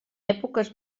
èpoques